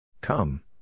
Come